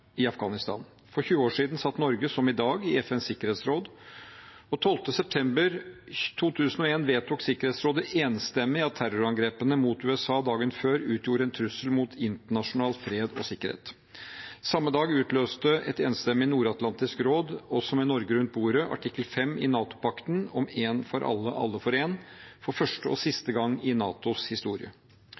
For 20 år siden satt Norge, som i dag, i FNs sikkerhetsråd. 12. september 2001 vedtok Sikkerhetsrådet enstemmig at terrorangrepene mot USA dagen før utgjorde en trussel mot internasjonal fred og sikkerhet. Samme dag utløste et enstemmig nordatlantisk råd – også med Norge rundt bordet – artikkel 5 i NATO-pakten om en for alle og alle for en, for første og siste gang i NATOs historie.